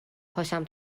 پاشم